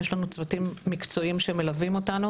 יש לנו צוותים מקצועיים שמלווים אותנו